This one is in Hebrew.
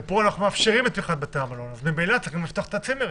ופה אנחנו מאפשרים את פתיחת בתי המלון - ממילא צריך לפתוח את הצימרים.